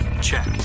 Check